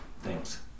Thanks